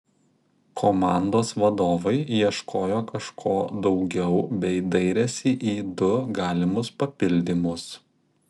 komandos vadovai ieškojo kažko daugiau bei dairėsi į du galimus papildymus